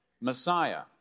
Messiah